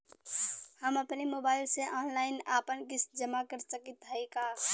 हम अपने मोबाइल से ऑनलाइन आपन किस्त जमा कर सकत हई का?